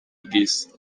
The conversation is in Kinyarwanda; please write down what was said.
bw’isi